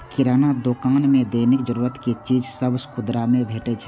किराना दोकान मे दैनिक जरूरत के चीज सभ खुदरा मे भेटै छै